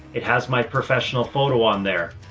it has my professional photo on there.